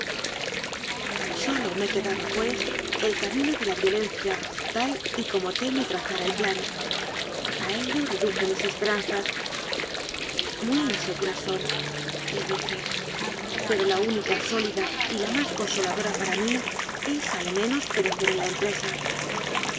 sólo me quedaba pues el camino de la violen cia tal y como t me trazara el plan a ello reduje mis esperanzas muy inseguras sonle dije pero la única sólida y la más consolado ra para mí es a lo menos perecer en la empre